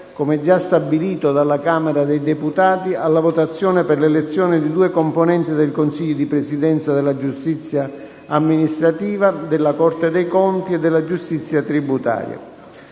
come giastabilito dalla Camera dei deputati, alla votazione per l’elezione di due componenti del Consiglio di presidenza della giustizia amministrativa, della Corte dei conti e della giustizia tributaria.